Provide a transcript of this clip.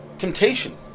temptation